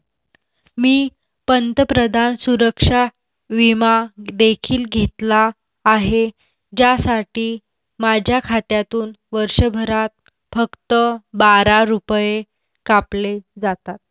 मी पंतप्रधान सुरक्षा विमा देखील घेतला आहे, ज्यासाठी माझ्या खात्यातून वर्षभरात फक्त बारा रुपये कापले जातात